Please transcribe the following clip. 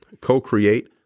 co-create